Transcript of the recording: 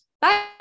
Bye